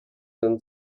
and